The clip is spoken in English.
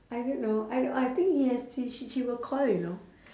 I don't know I I think he has to she she will call you know